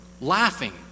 laughing